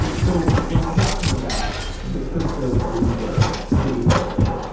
so when we're talking about the crypto-bloomberg that you're building,